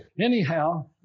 anyhow